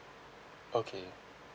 okay